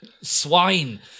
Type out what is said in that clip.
swine